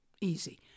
Easy